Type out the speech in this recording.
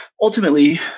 ultimately